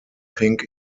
pink